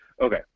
Okay